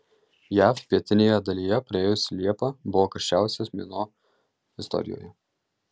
jav pietinėje dalyje praėjusi liepa buvo karščiausias mėnuo istorijoje